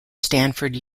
stanford